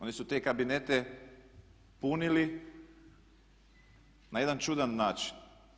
Oni su te kabinete punili na jedan čudan način.